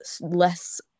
less